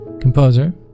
composer